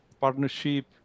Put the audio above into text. partnership